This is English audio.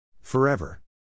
Forever